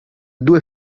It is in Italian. due